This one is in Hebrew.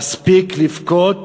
מספיק לבכות